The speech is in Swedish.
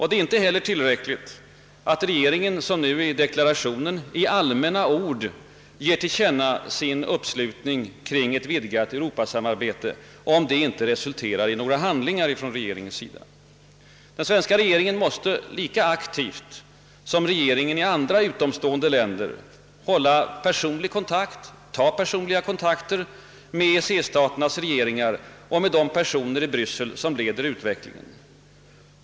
Det är likaså inte tillräckligt att regeringen, såsom i deklarationen, i allmänna ord ger till känna sin uppslutning kring ett vidgat europasamarbete, om det inte resulterar i några handlingar från regeringens sida. Den svenska regeringen måste lika aktivt som regeringarna i andra utomstående länder skapa och hålla personliga kontakter med EEC staternas regeringar och med de personer i Brässel som leder utvecklingen.